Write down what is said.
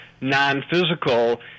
non-physical